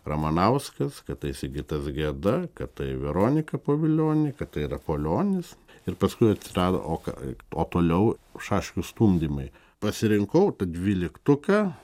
ramanauskas kad tai sigitas geda kad tai veronika povilionienė kad tai rapolionis ir paskui atsirado o kai o toliau šaškių stumdymai pasirinkau tą dvyliktuką